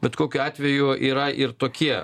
bet kokiu atveju yra ir tokie